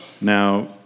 Now